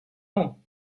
know